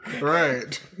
Right